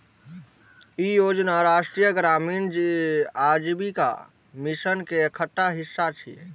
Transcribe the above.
ई योजना राष्ट्रीय ग्रामीण आजीविका मिशन के एकटा हिस्सा छियै